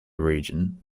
region